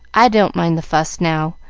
i don't mind the fuss now,